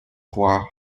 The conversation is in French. roi